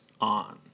on